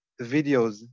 videos